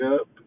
up